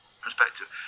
perspective